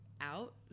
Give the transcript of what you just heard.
out